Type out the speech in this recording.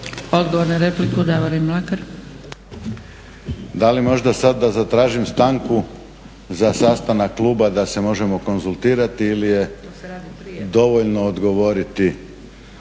Mlakar. **Mlakar, Davorin (HDZ)** Da li možda sad da zatražim stanku za sastanak kluba da se možemo konzultirati ili je dovoljno odgovoriti